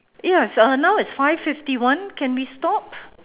ya it's uh now it's five fifty one can we stop